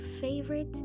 favorite